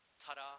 ta-da